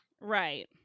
Right